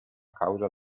causa